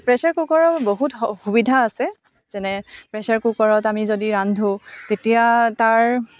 pressure কুকাৰৰ বহুত সুবিধা আছে যেনে প্ৰেছাৰ কুকাৰত যদি আমি ৰান্ধোঁ তেতিয়া তাৰ